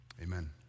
Amen